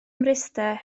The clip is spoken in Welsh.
mryste